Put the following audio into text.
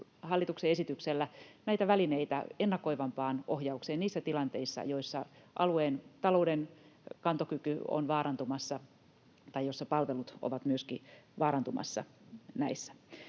hallituksen esityksellä välineitä ennakoivampaan ohjaukseen niissä tilanteissa, joissa alueen talouden kantokyky on vaarantumassa tai joissa myöskin palvelut ovat vaarantumassa.